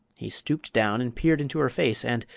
he stooped down and peered into her face, and,